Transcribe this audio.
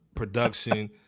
production